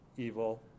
evil